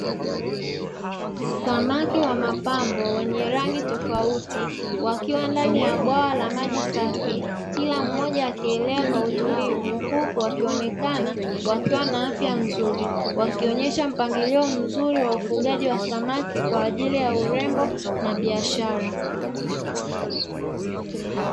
Samaki wa mapambo wenye rangi tofauti wakiwa ndani ya bwawa la maji safi, kila mmoja akielea kwa utulivu huku wakionekana wakiwa na afya nzuri, wakionyesha mpangilio mzuri wa ufugaji wa samaki kwa ajili ya urembo na biashara.